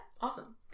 Awesome